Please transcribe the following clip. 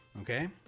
okay